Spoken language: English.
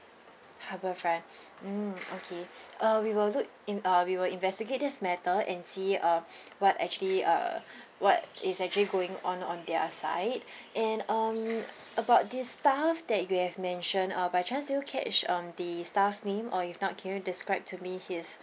harbour front mm okay uh we will look in uh we will investigate this matter and see uh what actually uh what is actually going on on their side and um about this staff that you have mentioned uh by chance did you catch um the staff's name or if not can you describe to me his